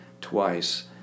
twice